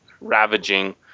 ravaging